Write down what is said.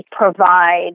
provide